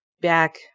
back